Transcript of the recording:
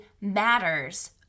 matters